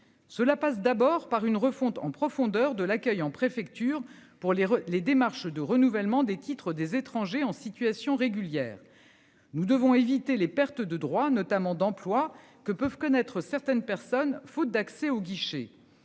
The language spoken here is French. Cela passe d'abord par une refonte en profondeur de l'accueil en préfecture pour les les démarches de renouvellement des titres des étrangers en situation régulière. Nous devons éviter les pertes de droits notamment d'emplois que peuvent connaître certaines personnes faute d'accès au guichet